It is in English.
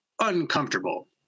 uncomfortable